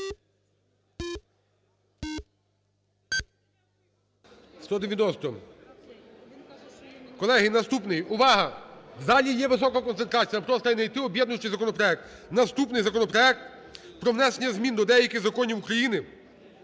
За-190 Колеги, наступний. Увага! В залі є висока концентрація. Я прошу не йти, об'єднуючий законопроект. Наступний законопроект: про внесення змін до деяких законів України